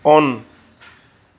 on